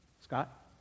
Scott